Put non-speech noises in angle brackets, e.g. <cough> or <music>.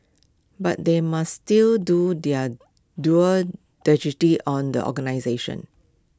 but they must still do their due <unintelligible> on the organisations